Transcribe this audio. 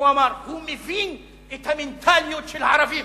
הוא אמר: הוא מבין את המנטליות של הערבים.